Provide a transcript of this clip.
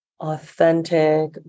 authentic